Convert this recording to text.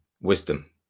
wisdom